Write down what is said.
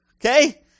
Okay